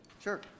Sure